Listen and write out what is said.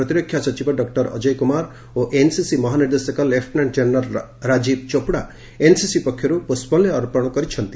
ପ୍ରତିରକ୍ଷା ସଚିବ ଡକ୍ଟର ଅଜୟ କୁମାର ଓ ଏନ୍ସିସି ମହାନିର୍ଦ୍ଦେଶକ lieutenant general Rajiv Chopra NCC ପକ୍ଷରୁ ପୁଷ୍ପମାଲ୍ୟ ଅର୍ପଣ କରିଛନ୍ତି